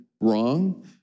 wrong